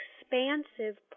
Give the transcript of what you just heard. expansive